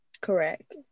Correct